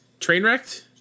Trainwrecked